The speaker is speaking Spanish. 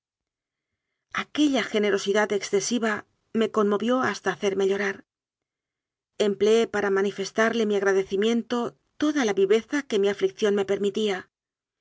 aquella generosidad excesiva me conmovió has ta hacerme llorar empleé para manifestarle mi agradecimiento toda la viveza que mi aflicción me permitía